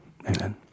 Amen